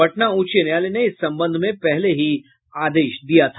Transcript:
पटना उच्च न्यायालय ने इस संबंध में पहले ही आदेश दिया था